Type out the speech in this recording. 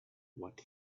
what